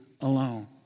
alone